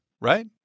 right